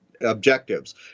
objectives